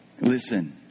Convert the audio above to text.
Listen